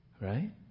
Right